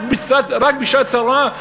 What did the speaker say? רק בשעת צרה?